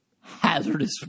hazardous